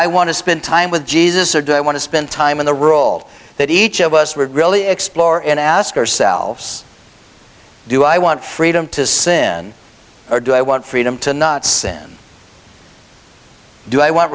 i want to spend time with jesus or do i want to spend time in the role that each of us would really explore and ask ourselves do i want freedom to sin or do i want freedom to not sin do i want